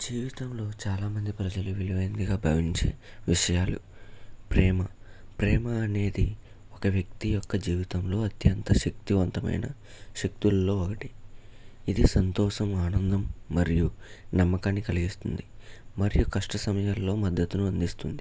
జీవితంలో చాలామంది ప్రజలు విలువైనదిగా భావించి విషయాలు ప్రేమ ప్రేమ అనేది ఒక వ్యక్తి యొక్క జీవితంలో అత్యంత శక్తివంతమైన శక్తులలో ఒకటి ఇది సంతోషం ఆనందం మరియు నమ్మకాన్ని కలిగిస్తుంది మరియ కష్ట సమయంలో మద్దతును అందిస్తుంది